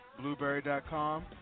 Blueberry.com